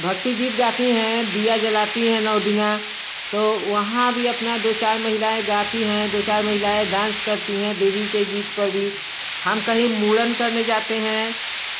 भक्ति गीत गाती हैं दीया जलाती हैं नौ दिना तो वहाँ भी अपना दो चार महिलाएँ गाती हैं दो चार महिलाएँ डांस करती हैं देवी के गीत पर भी हम कहीं मुंडन करने जाते हैं